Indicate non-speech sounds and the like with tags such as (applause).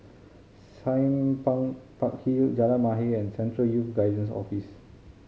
Sime (unintelligible) Park Hill Jalan Mahir and Central Youth Guidance Office